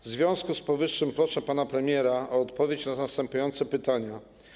W związku z powyższym proszę pana premiera o odpowiedź na następujące pytania.